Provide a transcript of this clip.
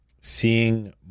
seeing